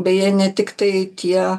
beje ne tiktai tie